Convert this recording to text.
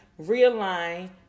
realign